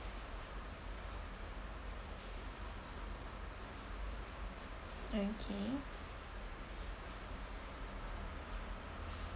okay